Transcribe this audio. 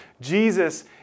Jesus